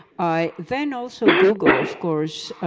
i then also google, of course,